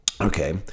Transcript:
Okay